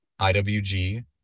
IWG